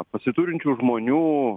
pasiturinčių žmonių